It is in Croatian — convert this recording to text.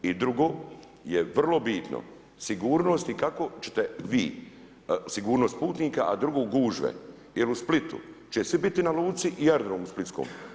I drugo je vrlo bitno sigurnost i kako ćete vi sigurnost putnika, a drugo gužve, jel u Splitu će svi biti na luci i Aerodromu splitskom.